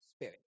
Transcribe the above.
Spirit